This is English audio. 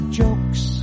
jokes